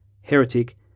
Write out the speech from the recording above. Heretic